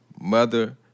mother